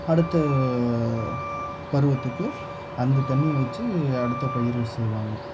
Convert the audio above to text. அடுத்த பருவத்துக்கு அந்த தண்ணியை வச்சு அடுத்த பயிர் செய்வாங்க